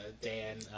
Dan